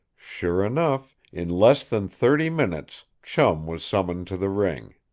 sure enough, in less than thirty minutes chum was summoned to the ring.